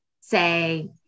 say